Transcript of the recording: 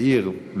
כעיר,